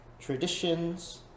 traditions